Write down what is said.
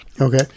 Okay